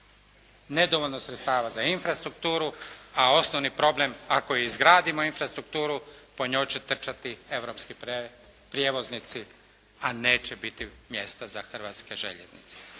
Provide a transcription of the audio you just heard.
Nedovoljno sredstava za infrastrukturu, a osnovni problem ako i izgradimo infrastrukturu po njoj će trčati europski prijevoznici, a neće biti mjesta za Hrvatske željeznice.